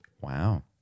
Wow